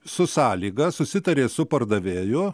su sąlyga susitarė su pardavėju